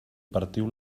partiu